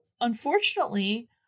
unfortunately